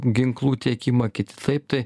ginklų tiekimą kiti taip tai